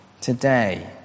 Today